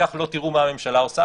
וכך לא תראו מה הממשלה עושה,